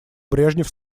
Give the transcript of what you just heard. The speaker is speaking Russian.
брежнев